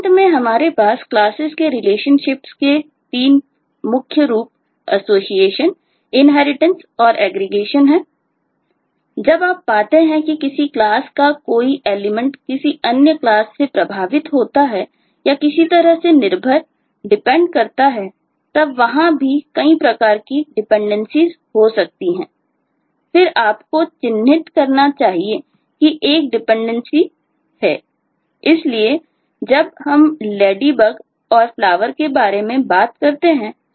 अंत में हमारे पास क्लासेस के रिलेशनशिप्स के तीन मुख्य रूप एसोसिएशन है